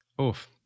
Oof